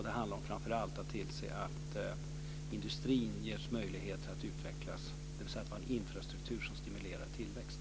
Det handlar framför allt att tillse att industrin ges möjligheter att utvecklas, dvs. att vi har en infrastruktur som stimulerar tillväxt.